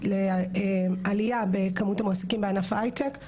לעלייה בכמות המועסקים בענף ההייטק.